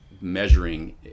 measuring